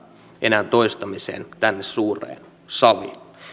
enää toistamiseen tänne suureen saliin